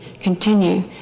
continue